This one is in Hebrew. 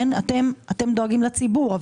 אתם דואגים לציבור,